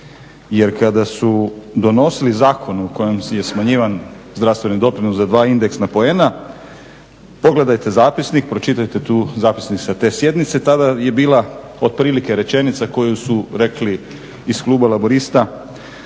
jer kada su donosili Zakon u kojem je smanjivan zdravstveni doprinos za dva indeksna poena pogledajte zapisnik, pročitajte tu zapisnik sa te sjednice, tada je bila otprilike rečenica koju su rekli iz Kluba Laburista,